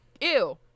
Ew